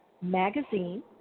Magazine